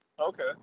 Okay